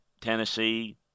Tennessee